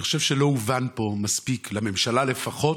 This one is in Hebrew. אני חושב שלא הובן פה מספיק, לממשלה לפחות,